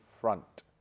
front